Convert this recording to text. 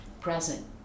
present